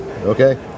okay